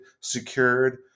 secured